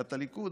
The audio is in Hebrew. סיעת הליכוד.